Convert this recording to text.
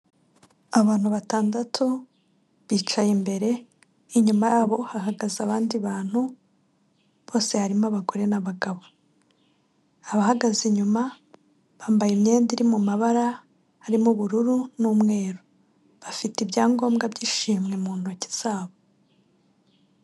Abantu batandatu bicaye imbere; inyuma yabo hahagaze abandi bantu bose harimo abagore n'abagabo; abahagaze inyuma bambaye imyenda iri mu mabara harimo ubururu n'umweru; bafite ibyangombwa by'ishimwe mu ntoki zabo.